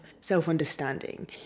self-understanding